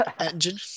engine